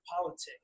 politics